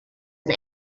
and